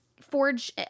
forge